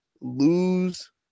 lose